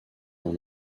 dans